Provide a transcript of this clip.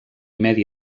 medi